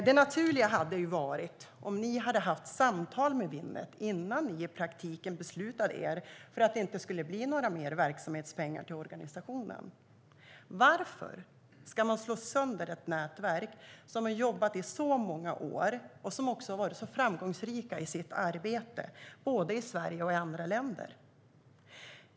Det naturliga hade varit om ni hade haft samtal med Winnet innan ni i praktiken beslutade er för att det inte skulle bli några mer verksamhetspengar till organisationen. Varför ska man slå sönder ett nätverk som har jobbat i så många år och som också har varit så framgångsrikt i sitt arbete, både i Sverige och i andra länder?